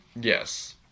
Yes